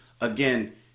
again